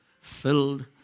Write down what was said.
filled